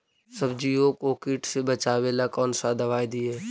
सब्जियों को किट से बचाबेला कौन सा दबाई दीए?